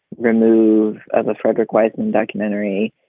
remove um frederick wiseman documentary,